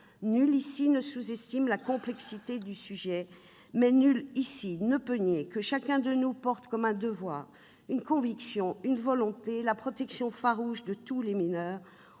Nul ici ne sous-estime la complexité du sujet, mais nul ici ne peut nier que chacun de nous porte comme un devoir, une conviction, une volonté la protection farouche de tous les mineurs.